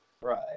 Right